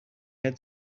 had